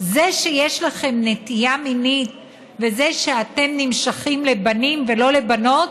זה שיש לכם נטייה מינית וזה שאתם נמשכים לבנים ולא לבנות,